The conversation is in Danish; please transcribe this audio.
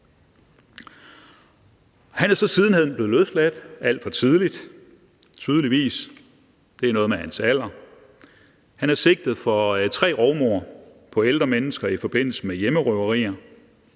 Han er så siden hen blev løsladt alt for tidligt, tydeligvis – det har noget med hans alder at gøre. Han er sigtet for tre rovmord på ældre mennesker i forbindelse med hjemmerøverier.